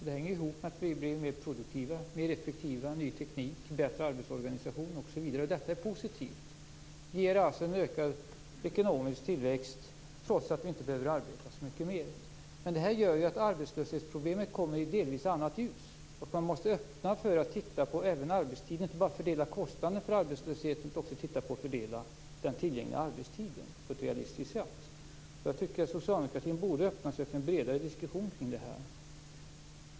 Det hänger ihop med att vi blir mer produktiva, mer effektiva, att vi har ny teknik, bättre arbetsorganisation, osv. Detta är positivt. Det ger en ökad ekonomisk tillväxt trots att vi inte behöver arbeta så mycket mer. Men det här betyder att arbetslöshetsproblemet delvis kommer i ett annat ljus. Man måste öppna sig för att titta närmare även på arbetstiden och inte bara fördela kostnaden för arbetslösheten. Man måste också titta på möjligheten att fördela den tillgängliga arbetstiden på ett realistiskt sätt. Jag tycker att socialdemokratin borde öppna sig för en bredare diskusson kring det här.